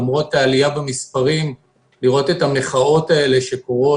למרות העלייה במספרים לראות את המחאות האלה שקורות,